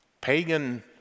pagan